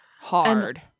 Hard